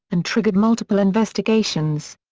and triggered multiple investigations.